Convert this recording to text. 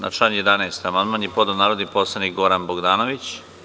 Na član 11. amandman je podneo narodni poslanik Goran Bogdanović.